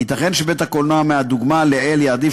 ייתכן שבית-הקולנוע מהדוגמה לעיל יעדיף